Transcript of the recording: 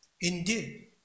Indeed